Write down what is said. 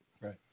Right